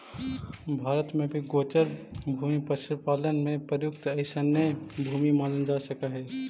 भारत में भी गोचर भूमि पशुपालन में प्रयुक्त अइसने भूमि मानल जा सकऽ हइ